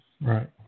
right